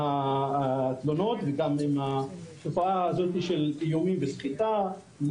התלונות וגם עם התופעה הזאת של איומים בסחיטה,